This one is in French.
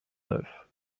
neuf